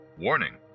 Warning